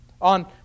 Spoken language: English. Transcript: on